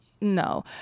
No